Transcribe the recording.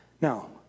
Now